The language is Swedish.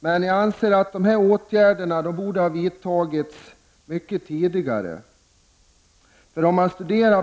Men jag anser att dessa åtgärder borde ha vidtagits mycket tidigare.